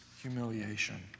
humiliation